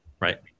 Right